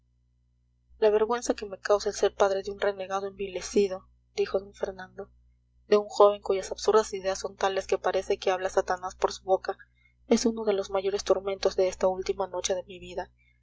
la vergüenza que me causa el ser padre de un renegado envilecido dijo d fernando de un joven cuyas absurdas ideas son tales que parece que habla satanás por su boca es uno de los mayores tormentos de esta última noche de mi vida